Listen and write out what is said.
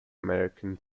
american